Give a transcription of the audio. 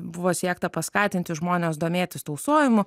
buvo siekta paskatinti žmones domėtis tausojimu